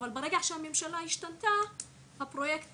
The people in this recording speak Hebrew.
אבל ברגע שהממשלה התחלפה הפרויקט